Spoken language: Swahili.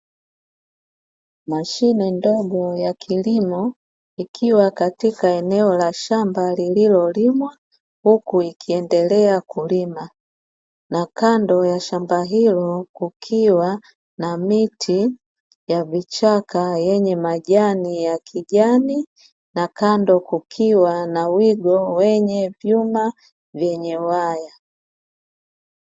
Mashine ndogo ya kilimo ikiwa katika eneo la shamba lililolimwa, huku ikiendelea kulima, na kando ya shamba hilo kukiwa na miti ya vichaka yenye majani ya kijani na kando kukiwa na wigo wenye vyuma vyenye waya.